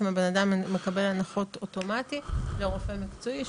הבן אדם מקבל הנחות אוטומטי לרופא מקצועי.